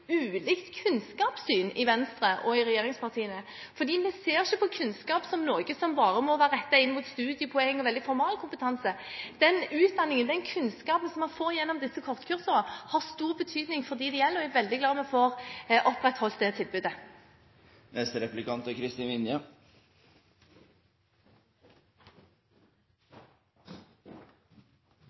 ulikt kunnskapssyn, for vi ser ikke på kunnskap som noe som bare må være rettet inn mot studiepoeng og formalkompetanse. Den utdanningen, den kunnskapen, som man får gjennom disse kortkursene, har stor betydning for dem det gjelder, og jeg er veldig glad for at vi får opprettholdt det tilbudet.